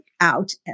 out